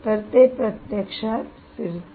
तर ते प्रत्यक्षात फिरते